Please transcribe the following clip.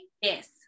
Yes